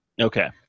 Okay